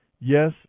Yes